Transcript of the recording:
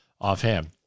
offhand